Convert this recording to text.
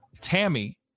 tammy